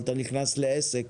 אבל אתה נכנס לעסק